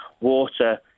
Water